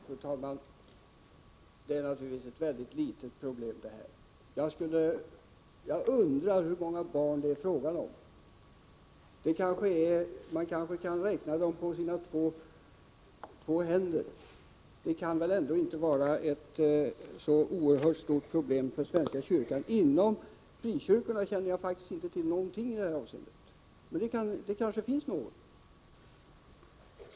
Fru talman! Det här är naturligtvis ett mycket litet problem. Jag undrar hur många barn det egentligen är fråga om. Måhända kan man räkna dem på sina tio fingrar. Problemet kan således inte heller vara särskilt stort för svenska ” kyrkan. Hur det är för frikyrkorna känner jag faktiskt inte till — troligen inte något.